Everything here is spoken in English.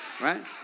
Right